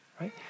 right